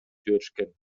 жиберишкен